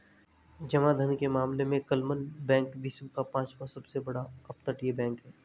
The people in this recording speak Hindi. जमा धन के मामले में क्लमन बैंक विश्व का पांचवा सबसे बड़ा अपतटीय बैंक है